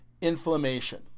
inflammation